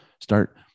Start